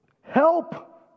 help